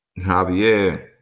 Javier